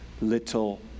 little